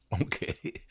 Okay